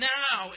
now